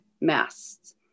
masts